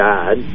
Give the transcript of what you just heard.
God